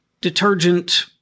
detergent